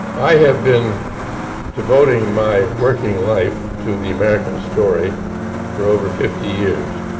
i have been devoting my working life to the american story for over fifty years,